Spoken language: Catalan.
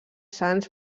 sants